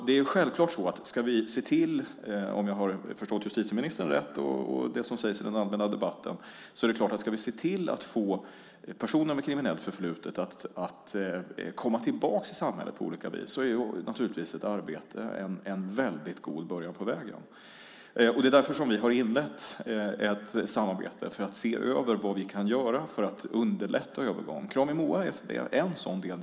Det är självklart så att ska vi se till, om jag har förstått justitieministern rätt och det som sägs i den allmänna debatten, att få personer med kriminellt förflutet att på olika vis komma tillbaka i samhället är ett arbete naturligtvis en väldigt god början. Det är därför som vi har inlett ett samarbete för att se över vad vi kan göra för att underlätta övergången. Krami och MOA är en sådan del.